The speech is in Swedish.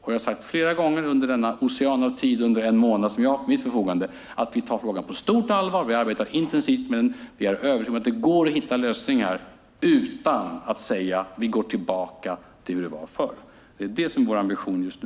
Jag har sagt flera gånger under den ocean av tid - en månad - som jag har haft till mitt förfogande att vi tar frågan på stort allvar. Vi arbetar intensivt med den. Vi är övertygade om att det går att hitta lösningar utan att säga att vi går tillbaka till hur det var förr. Det är vår ambition just nu.